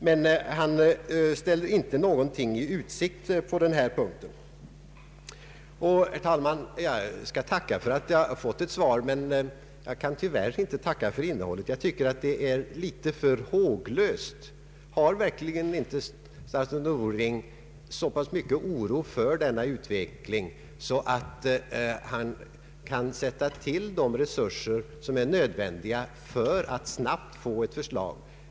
Men han ställer inte någonting i utsikt på denna punkt. Herr talman! Jag tackar för att jag har fått ett svar, men jag kan tyvärr inte tacka för innehållet. Jag tycker att det är litet för håglöst. Har verkligen inte statsrådet Norling så pass mycket oro för denna utveckling att han kan släppa till de resurser som är nödvändiga för att snabbt få ett förslag?